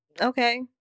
Okay